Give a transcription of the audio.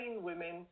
women